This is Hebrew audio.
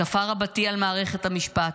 התקפה רבתי על מערכת המשפט,